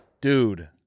Dude